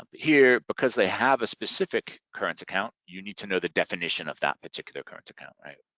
here, because they have specific current account, you need to know the definition of that particular current account, right?